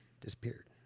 disappeared